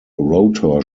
rotor